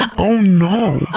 oh no!